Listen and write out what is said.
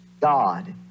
God